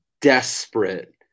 desperate